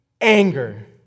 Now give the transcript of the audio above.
anger